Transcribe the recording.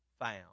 found